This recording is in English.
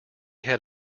had